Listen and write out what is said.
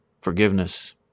forgiveness